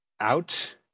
out